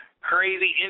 crazy